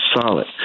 solid